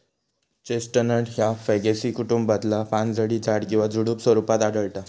chestnut ह्या फॅगेसी कुटुंबातला पानझडी झाड किंवा झुडुप स्वरूपात आढळता